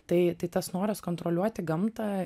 tai tai tas noras kontroliuoti gamtą